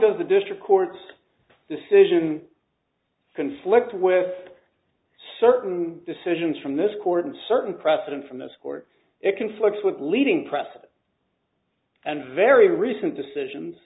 does the district court's decision conflict with certain decisions from this court and certain precedent from this court it conflicts with leading precedent and very recent decisions